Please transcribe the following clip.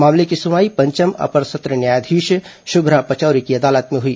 मामले की सुनवाई पंचम अपर सत्र न्यायाधीश शुभ्रा पचौरी की अदालत में हई